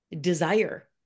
desire